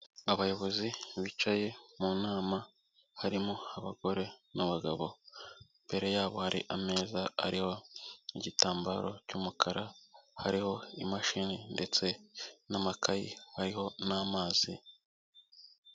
Abayobozi bicaye mu nama harimo abagore n'abagabo, imbere yabo hari ameza ariho igitambaro cy'umukara, hariho imashini ndetse n'amakayi, hariho n'amazi.